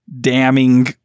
damning